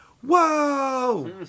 Whoa